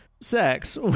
sex